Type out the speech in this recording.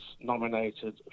nominated